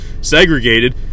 Segregated